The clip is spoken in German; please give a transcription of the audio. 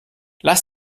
lass